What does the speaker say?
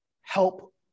help